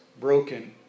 broken